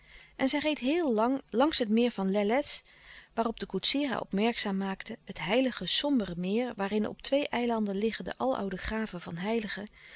en zij reed heel lang langs het meer van lellès waarop de koetsier haar opmerkzaam maakte het heilige sombere meer waarin op twee eilanden liggen de aloude graven van heiligen